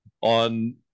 on